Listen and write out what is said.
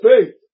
faith